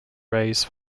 rays